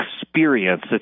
experience